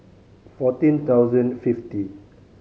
fourteen thousand fifty